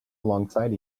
alongside